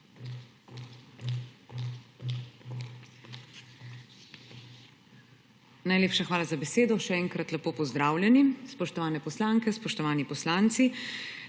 Najlepša hvala za besedo. Še enkrat lepo pozdravljeni, spoštovane poslanke, spoštovani poslanci!